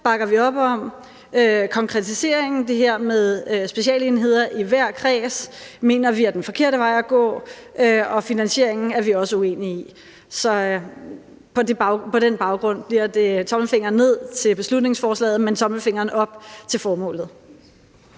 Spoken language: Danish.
bakker vi op om, konkretiseringen – det her med specialenheder i hver kreds – mener vi er den forkerte vej at gå, og finansieringen er vi også uenige i. Så på den baggrund bliver det tommelfingeren ned til beslutningsforslaget, men tommelfingeren op til formålet.